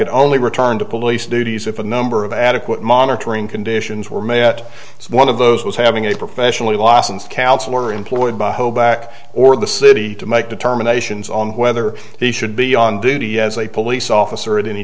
could only return to police duties if a number of adequate monitoring conditions were met one of those was having a professionally lawson's counselor employed by hoback or the city to make determinations on whether he should be on duty as a police officer at any